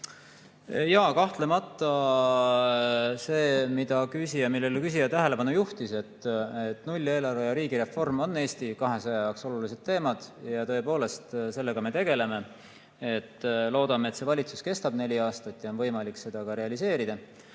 Kahtlemata see, millele küsija tähelepanu juhtis, [peab paika], nulleelarve ja riigireform on Eesti 200 jaoks olulised teemad ja tõepoolest nendega me tegeleme. Loodame, et see valitsus kestab neli aastat ja on võimalik neid ka realiseerida.